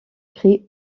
pris